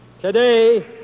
Today